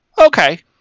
Okay